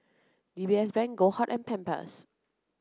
D B S Bank Goldheart and Pampers